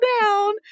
down